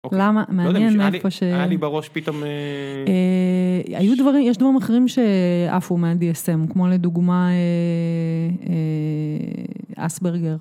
למה? מעניין מאיפה שהיה לי בראש פתאום... היו דברים, יש דברים אחרים שעפו מה-DSM, כמו לדוגמה... אספרגר.